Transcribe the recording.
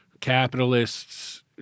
capitalists